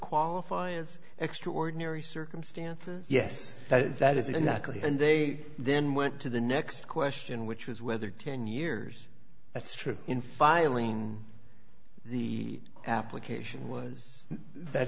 qualify as extraordinary circumstances yes that is unlikely and they then went to the next question which was whether ten years that's true in filing the application was that